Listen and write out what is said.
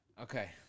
Okay